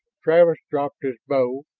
travis dropped his bow,